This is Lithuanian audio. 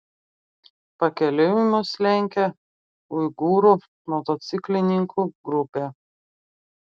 pakeliui mus lenkė uigūrų motociklininkų grupė